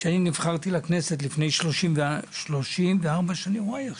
כשאני נבחרתי לכנסת לפני 34 שנים וואי,